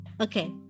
Okay